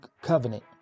covenant